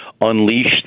unleashed